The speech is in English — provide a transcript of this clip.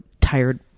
tired